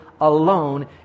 alone